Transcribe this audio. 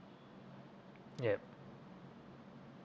yup